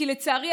כי לצערי,